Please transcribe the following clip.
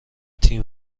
تیم